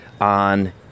on